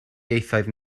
ieithoedd